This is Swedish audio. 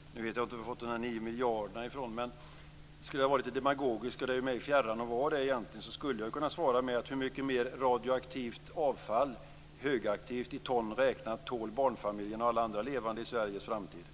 Fru talman! Jag vet inte var ni har fått de nio miljarderna ifrån. Om jag skulle vara lite demagogiskt - det är mig egentligen fjärran att vara det - skulle jag kunna säga: Hur mycket mer radioaktivt avfall, högaktivt och i ton räknat, tål barnfamiljerna och alla andra levande i Sveriges framtid?